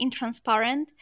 intransparent